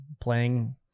playing